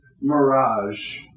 mirage